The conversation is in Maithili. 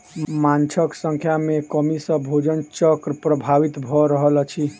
माँछक संख्या में कमी सॅ भोजन चक्र प्रभावित भ रहल अछि